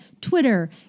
Twitter